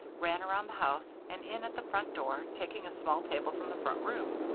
ran around the house and in at the front door, taking a small table from the front room.